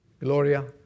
Gloria